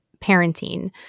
parenting